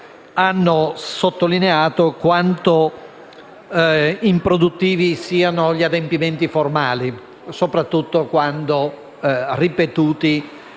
Grazie